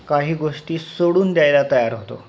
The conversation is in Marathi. काही गोष्टी सोडून द्यायला तयार होतो